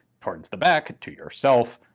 towards the back, to yourself,